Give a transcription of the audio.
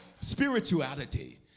spirituality